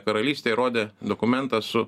karalystėj rodė dokumentą su